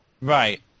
Right